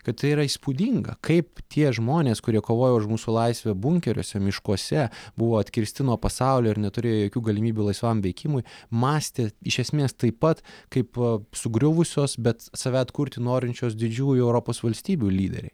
kad tai yra įspūdinga kaip tie žmonės kurie kovojo už mūsų laisvę bunkeriuose miškuose buvo atkirsti nuo pasaulio ir neturėjo jokių galimybių laisvam veikimui mąstė iš esmės taip pat kaip sugriuvusios bet save atkurti norinčios didžiųjų europos valstybių lyderiai